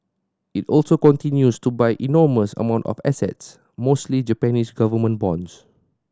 it also continues to buy enormous amount of assets mostly Japanese government bonds